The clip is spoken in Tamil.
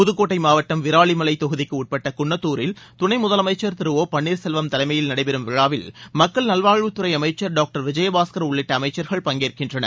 புதுக்கோட்டை மாவட்டம் விராலிமலைத் தொகுதிக்கு உட்பட்ட குன்னத்தூரில் துணை முதலமைச்சர் திரு ஓ பன்னீர்செல்வம் தலைமையில் நடைபெறும் விழாவில் மக்கள் நல்வாழ்வுத்துறை அமைச்சர் டாங்டர் விஜயபாஸ்கர் உள்ளிட்ட அமைச்சர்கள் பங்கேற்கின்றனர்